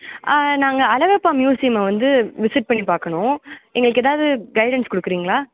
ஆ நாங்கள் அழகப்பா மியூஸியம வந்து விசிட் பண்ணி பார்க்கணும் எங்களுக்கு ஏதாவது கைடன்ஸ் கொடுக்குறீங்களா